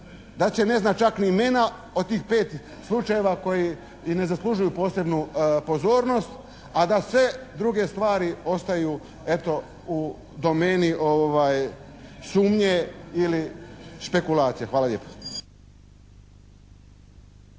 da će ne znam čak i imena od tih 5 slučajeva koji i ne zaslužuju posebnu pozornost a da sve druge stvari ostaju eto u domeni sumnje ili špekulacije. Hvala lijepo.